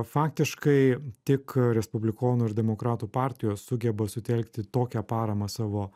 faktiškai tik respublikonų ir demokratų partijos sugeba sutelkti tokią paramą savo